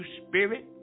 spirit